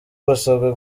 basabwe